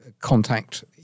contact